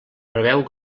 preveu